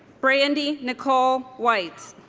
brandy nicole white